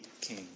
King